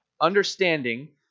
understanding